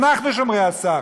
אנחנו שומרי הסף.